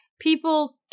People